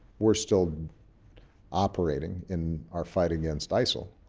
we're still operating in our fight against isil